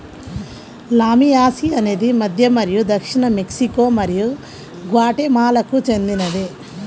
లామియాసి అనేది మధ్య మరియు దక్షిణ మెక్సికో మరియు గ్వాటెమాలాకు చెందినది